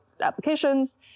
applications